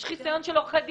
יש חיסיון של עורכי דין.